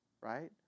right